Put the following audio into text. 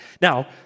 Now